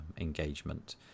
engagement